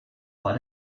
war